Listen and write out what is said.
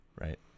Right